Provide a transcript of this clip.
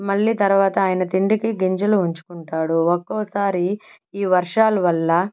మళ్ళీ తరువాత ఆయన తిండికి గింజలు ఉంచుకుంటాడు ఒక్కోసారి ఈ వర్షాలు వల్ల